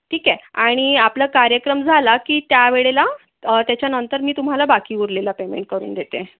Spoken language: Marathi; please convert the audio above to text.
ठीक आहे आणि आपलं कार्यक्रम झाला की त्या वेळेला त्याच्यानंतर मी तुम्हाला बाकी उरलेला पेमेंट करून देते